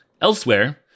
Elsewhere